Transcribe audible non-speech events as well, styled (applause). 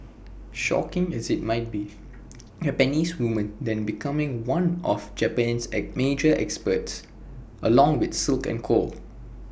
shocking as IT might be (noise) Japanese woman then became one of Japan's at major experts along with silk and coal